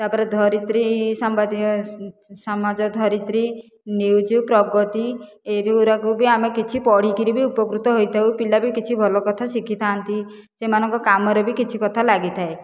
ତାପରେ ଧରିତ୍ରୀ ସମ୍ବାଦ ସମାଜ ଧରିତ୍ରୀ ନିୟୁଜ୍ ପ୍ରଗତି ଏଗୁଡ଼ାକ ବି ଆମେ କିଛି ପଢ଼ିକିରି ବି ଉପକୃତ ହୋଇଥାଉ ପିଲାବି କିଛି ଭଲ କଥା ଶିଖିଥାନ୍ତି ସେମାନଙ୍କ କାମରେ ବି କିଛି କଥା ଲାଗିଥାଏ